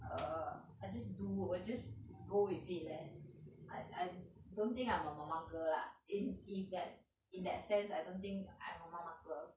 err I just do 我 just go with it leh I I don't think I am a 妈妈 girl lah if in that in that sense I don't think I am a mama girl